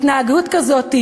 התנהגות כזאת,